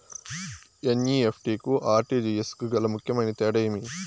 NEFT కు RTGS కు గల ముఖ్యమైన తేడా ఏమి?